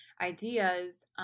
ideas